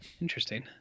Interesting